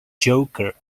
joker